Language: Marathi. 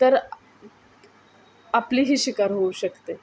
तर आपलीही शिकार होऊ शकते